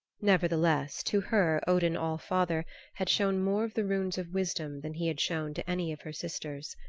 nevertheless, to her odin all-father had shown more of the runes of wisdom than he had shown to any of her sisters.